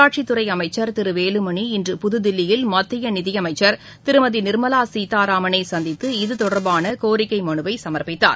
உள்ளாட்சித்துறை அமைச்சர் திரு வேலுமணி இன்று புதுதில்லியில் மத்திய நிதியமைச்சர் திருமதி நிர்மலா சீதாராமனை சந்தித்து இதுதொடர்பான கோரிக்கை மனுவை சமர்ப்பித்தார்